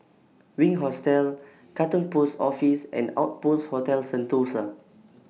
Wink Hostel Katong Post Office and Outpost Hotel Sentosa